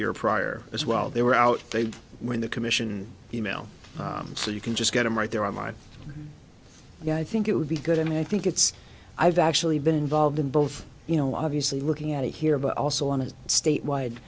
year prior as well they were out they were in the commission email so you can just get them right there on my yeah i think it would be good and i think it's i've actually been involved in both you know obviously looking at it here but also on a state wide